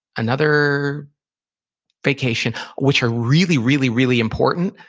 another vacation. which are really really really important.